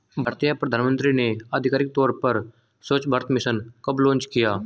भारतीय प्रधानमंत्री ने आधिकारिक तौर पर स्वच्छ भारत मिशन कब लॉन्च किया?